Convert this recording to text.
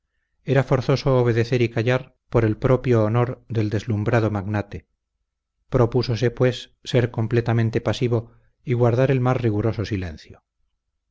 era forzoso obedecer y callar por el propio honor del deslumbrado magnate propúsose pues ser completamente pasivo y guardar el más riguroso silencio